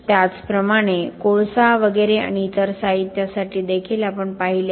त्याचप्रमाणे कोळसा वगैरे आणि इतर साहित्यासाठी देखील आपण पाहिले आहे